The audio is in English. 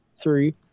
Three